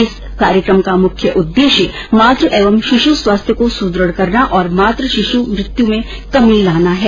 इस कार्यक्रम का मुख्य उद्देश्य मातृ एवं शिशु स्वास्थ्य को सुदृढ़ करना और मातृ शिशु मृत्यु में कमी लाना हैं